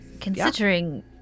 considering